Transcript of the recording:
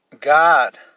God